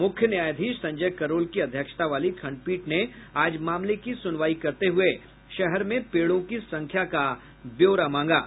मुख्य न्यायाधीश संजय करोल की अध्यक्षता वाली खंडपीठ ने आज मामले की सुनवाई करते हुए शहर में पेड़ों की संख्या का ब्योरा मांगा है